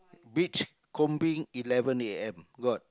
beachcombing eleven a_m got